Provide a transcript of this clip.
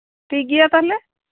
ᱴᱷᱤᱠ ᱜᱮᱭᱟ ᱛᱟᱦᱞᱮ